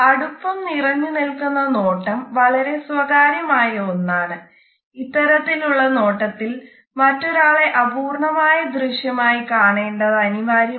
അടുപ്പം നിറഞ്ഞ് നിൽക്കുന്ന നോട്ടം വളരെ സ്വകാര്യമായ ഒന്നാണ് ഇത്തരത്തിൽ ഉള്ള നോട്ടത്തിൽ മറ്റൊരാളെ അപൂർണ്ണമായ ദൃശ്യമായി കാണേണ്ടത് അനിവാര്യമാണ്